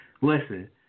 Listen